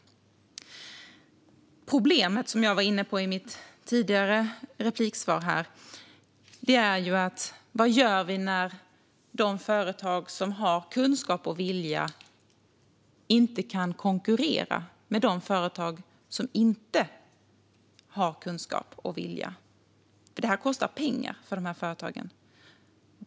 Det problem jag tog upp i mitt tidigare anförande är vad vi gör när de företag som har kunskap och vilja inte kan konkurrera med de företag som inte har kunskap och vilja. Arbetet kostar pengar för företagen.